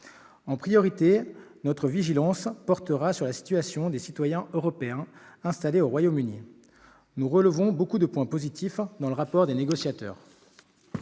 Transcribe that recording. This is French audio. En priorité, notre vigilance portera sur la situation des citoyens européens installés au Royaume-Uni. Nous relevons beaucoup de points positifs dans le rapport des négociateurs.